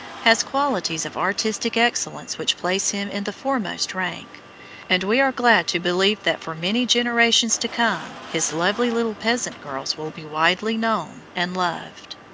has qualities of artistic excellence which place him in the foremost rank and we are glad to believe that for many generations to come his lovely little peasant girls will be widely known and loved.